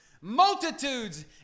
multitudes